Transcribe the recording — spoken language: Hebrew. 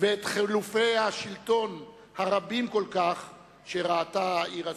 ואת חילופי השלטון הרבים כל כך שראתה העיר הזאת.